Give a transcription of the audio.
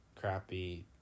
crappy